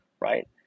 right